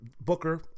Booker